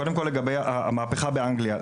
קודם כל לגבי המהפיכה באנגליה.